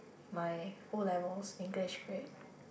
my O-levels English grade